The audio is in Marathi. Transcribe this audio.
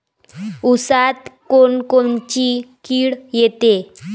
ऊसात कोनकोनची किड येते?